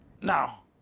Now